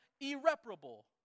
irreparable